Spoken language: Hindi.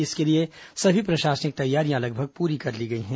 इसके लिए सभी प्रशासनिक तैयारियां लगभग पूरी कर ली गई हैं